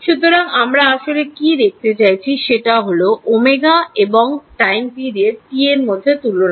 সুতরাং আমরা আসলে কি দেখতে চাইছি সেটা হলো w এবং সময় কাল T এরমধ্যে তুলনা